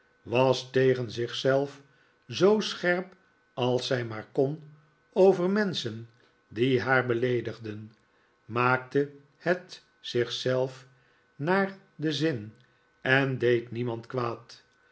was tegen zich zelf zoo scherp als zij maar kon over menschen die haar beleedigden maakte het zich zelf naar den zin en deed niemand kwaad